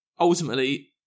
Ultimately